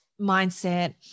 mindset